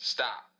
Stop